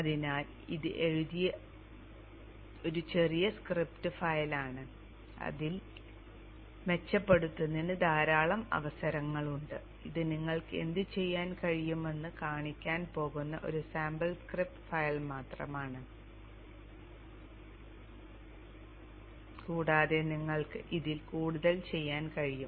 അതിനാൽ ഇത് എഴുതിയ ഒരു ചെറിയ സ്ക്രിപ്റ്റ് ഫയലാണ് ഇതിൽ മെച്ചപ്പെടുത്തുന്നതിന് ധാരാളം അവസരങ്ങളുണ്ട് ഇത് നിങ്ങൾക്ക് എന്തുചെയ്യാൻ കഴിയുമെന്ന് കാണിക്കാൻ പോകുന്ന ഒരു സാമ്പിൾ സ്ക്രിപ്റ്റ് ഫയൽ മാത്രമാണ് കൂടാതെ നിങ്ങൾക്ക് ഇതിൽ കൂടുതൽ ചെയ്യാൻ കഴിയും